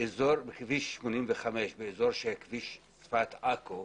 בכביש 85, כביש צפת-עכו,